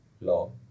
law